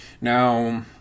now